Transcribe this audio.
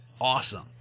awesome